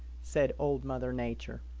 said old mother nature.